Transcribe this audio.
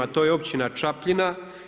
To je općina Čapljina.